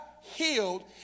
healed